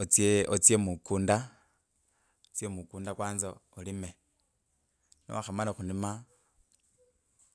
Otsye, otsye mukunda otye mukunda kwnza olime niwakhamala khulima